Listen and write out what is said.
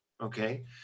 Okay